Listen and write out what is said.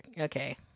okay